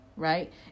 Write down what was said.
right